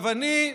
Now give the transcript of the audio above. אני,